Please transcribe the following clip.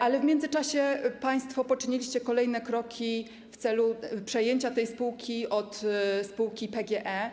A w międzyczasie państwo poczyniliście kolejne kroki w celu przejęcia tej spółki od spółki PGE.